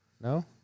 No